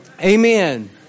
Amen